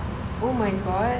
oh my god